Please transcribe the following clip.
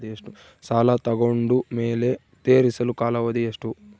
ಸಾಲ ತಗೊಂಡು ಮೇಲೆ ತೇರಿಸಲು ಕಾಲಾವಧಿ ಎಷ್ಟು?